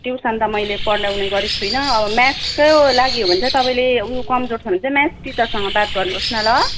tuition त मैले पढाउने गरेको छुइनँ अब म्याथ्सको लागि हो भने चाहिँ तपाईँले ऊ कमजोर छ भने चाहिँ म्याथ्स टिचरसँग बात गर्नुहोस् न ल